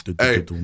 Hey